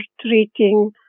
treating